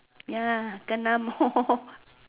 ya kena more